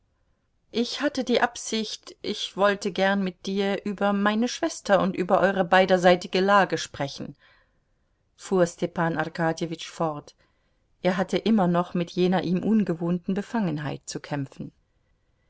ich hatte die absicht ich wollte gern mit dir über meine schwester und über eure beiderseitige lage sprechen fuhr stepan arkadjewitsch fort er hatte immer noch mit jener ihm ungewohnten befangenheit zu kämpfen